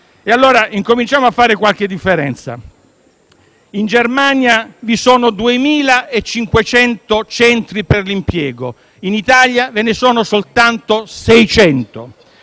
evidenziare qualche differenza. In Germania vi sono 2.500 centri per l'impiego; in Italia ve ne sono soltanto 600.